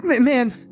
Man